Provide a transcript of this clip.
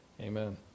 Amen